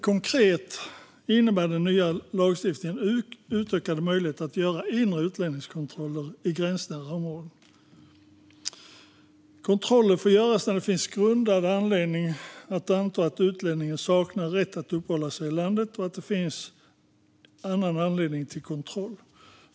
Konkret innebär den nya lagstiftningen utökade möjligheter att göra inre utlänningskontroller i gränsnära områden. Kontroller får göras när det finns grundad anledning att anta att utlänningen saknar rätt att uppehålla sig i landet eller när det finns annan anledning till kontroll.